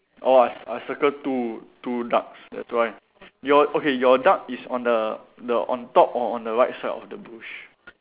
orh I c~ I circle two two ducks that's why your okay your duck is on the the on top or on the right side of the bush